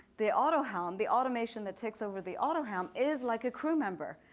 the auto hound, the automation that takes over the auto hound is like a crew member.